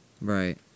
Right